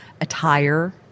attire